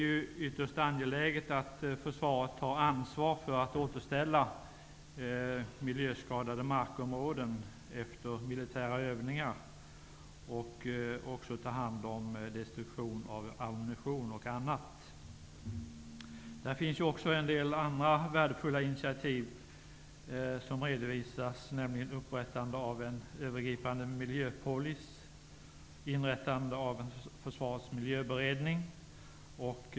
Det är ytterst angeläget att försvaret tar ansvar för att återställa miljöskadade markområden efter militära övningar och också tar hand om destruktion av ammunition och annat. Även en del andra värdefulla initiativ redovisas, nämligen upprättande av en övergripande miljöpolicy samt inrättande av en försvarets miljöberedning.